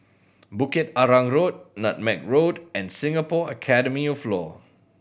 Bukit Arang Road Nutmeg Road and Singapore Academy of Law